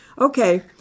okay